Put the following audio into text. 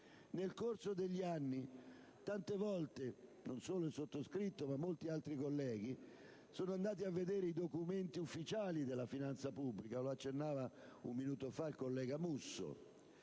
Nel corso degli anni tante volte, oltre al sottoscritto, molti altri colleghi sono andati a vedere i documenti ufficiali della finanza pubblica: lo accennava un minuto fa il collega Musso.